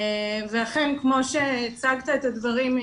ואכן כמו שהצגת את הדברים,